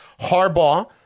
Harbaugh